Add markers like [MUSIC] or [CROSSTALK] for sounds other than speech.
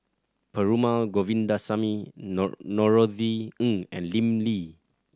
Perumal Govindaswamy [UNINTELLIGIBLE] Norothy Ng and Lim Lee